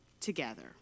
together